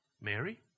Mary